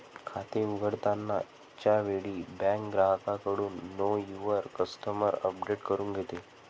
खाते उघडताना च्या वेळी बँक ग्राहकाकडून नो युवर कस्टमर अपडेट करून घेते